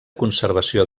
conservació